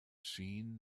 seen